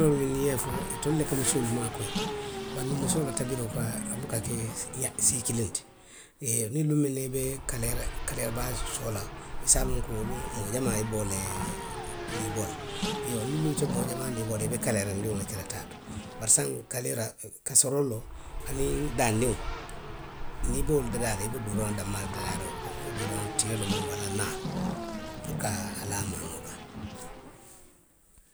Toolu ninnu i ye fo itelu le ka musoolu maakoyi; bari musoo la tabiroo ka, buka ke sii kiliŋ ti. Iyoo luŋ miŋ na i be kaleera, kaleera baa soo la i se a loŋ ko wo luŋo, moo jamaa i be wolu le, niiboo la. Iyoo niŋ duŋ ite moo jamaa niiboo la, i be kaleerandiŋo le ke la taa to. bari saayiŋ, kaleera, kaselooroo, aniŋ daandiŋo, niŋ i be wolu dadaa la, i be duuraŋo danmaa le dadaa la wolu kono. Wo duuraŋo. tiyoo lemu walla. naa puru ka a, a laa maanoo kaŋ.